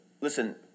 Listen